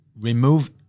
remove